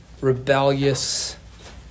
rebellious